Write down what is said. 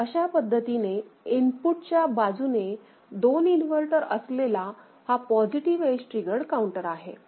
तर अशा पद्धतीने इनपुटच्या बाजूने दोन इन्व्हर्टर असलेला हा पॉझिटिव्ह एज ट्रीगर्ड काउंटर आहे